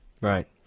right